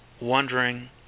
wondering